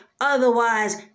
Otherwise